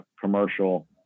commercial